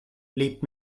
lebt